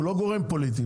הוא לא גורם פוליטי,